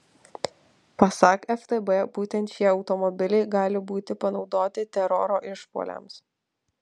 pasak ftb būtent šie automobiliai gali būti panaudoti teroro išpuoliams